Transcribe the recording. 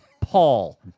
Paul